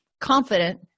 confident